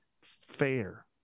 fair